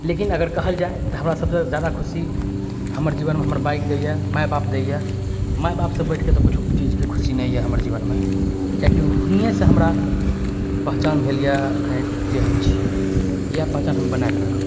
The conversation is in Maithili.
लेकिन अगर कहल जाइ तऽ हमरा सबसँ जादा खुशी हमर जीवनमे हमर बाइक दैए माय बाप दैय माय बापसँ बढिके तऽ कुछौ चीजके खुशी नहि यऽ हमर जीवनमे किआकि हुनकेसँ हमरा पहिचान भेल यऽ एखैन जे हम छी इएह पहिचान हम बनाए कऽ राखब